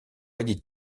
édith